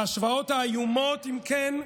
ההשוואות האיומות, אם כן,